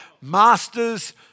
Masters